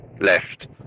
left